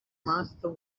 master